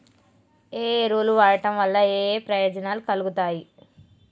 ఏ ఎరువులు వాడటం వల్ల ఏయే ప్రయోజనాలు కలుగుతయి?